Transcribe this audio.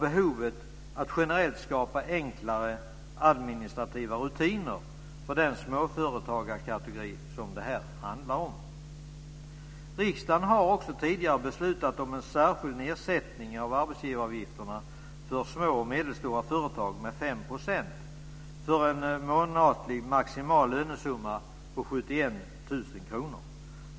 Riksdagen har också tidigare beslutat om en särskild nedsättning av arbetsgivaravgifterna för små och medelstora företag med 5 % för en månatlig maximal lönesumma på 71 000 kr.